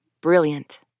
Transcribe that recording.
Brilliant